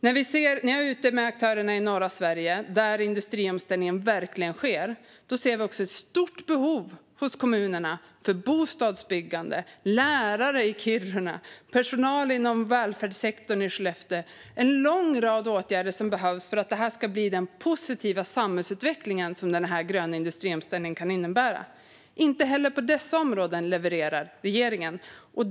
När jag är ute med aktörerna i norra Sverige där industriomställningen verkligen sker ser vi också ett stort behov i kommunerna av bostadsbyggande, lärare i Kiruna och personal inom välfärdssektorn i Skellefteå - en lång rad åtgärder som behövs för att detta ska bli den positiva samhällsutveckling som den gröna industriomställningen kan innebära. Inte heller på dessa områden levererar regeringen.